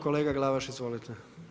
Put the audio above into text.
Kolega Glavaš izvolite.